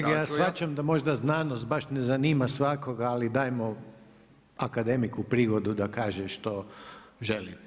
Kolege ja shvaćam da možda znanost baš ne zanima svakoga, ali dajmo akademiku prigodu da kaže što želi.